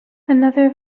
another